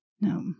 no